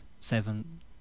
seven